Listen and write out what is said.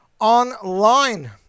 online